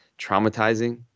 traumatizing